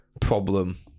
problem